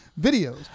videos